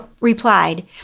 replied